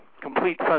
complete